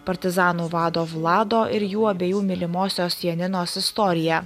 partizanų vado vlado ir jų abiejų mylimosios janinos istoriją